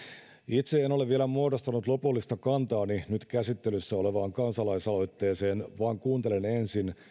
itse en ole vielä muodostanut lopullista kantaani nyt käsittelyssä olevaan kansalaisaloitteeseen vaan kuuntelen ensin